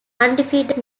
undefeated